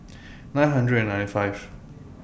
nine hundred and ninety five